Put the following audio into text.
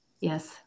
yes